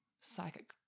psychic